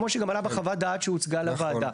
כמו שגם עלה בחוות הדעת שהוצגה לוועדה.